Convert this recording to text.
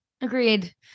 Agreed